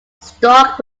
stuck